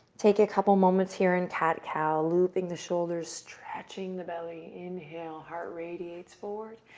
take a couple of moments here and cat cow, looping the shoulders, stretching the belly. inhale, heart radiates forward,